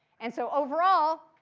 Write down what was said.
and so overall,